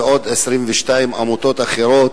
ועוד 22 עמותות אחרות,